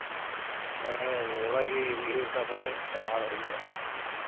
ᱦᱮᱸ ᱚᱱᱟᱜᱮ ᱩᱭᱦᱟᱹᱨᱮᱫᱟ ᱵᱚᱞᱮ ᱪᱟᱞᱟᱣ ᱦᱩᱭᱩᱜᱼᱟ